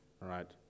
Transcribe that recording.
right